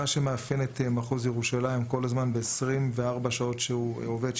מה שמאפיין את מחוז ירושלים ב-24 השעות שהוא עובד,